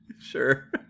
Sure